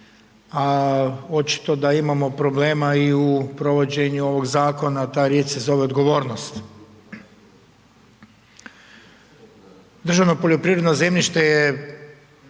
a očito da imamo problema i u provođenju ovog zakona, a ta riječ se zove odgovornost. Državno poljoprivredno zemljište je